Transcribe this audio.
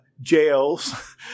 jails